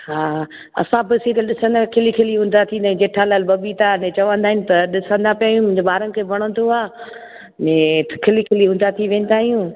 हा असां बस हीअ ॾिसंदा आहियूं खिली खिली ऊंधा थींदा आहियूं जेठालाल बबीता खे चवंदा आहिनि त ॾिसंदा पिया आहियूं मुंहिंजे ॿारनि खे बि वणंदो आहे जंहिं खिली खिली ऊंधा थी वेंदा आहियूं